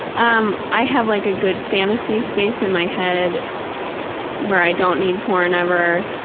um i have like a good fantasy space in my head where i don't need porn ever,